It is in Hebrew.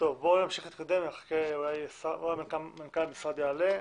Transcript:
נתקדם ונראה אם מנכ"ל המשרד יעלה.